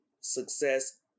success